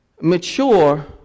Mature